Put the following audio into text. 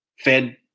Fed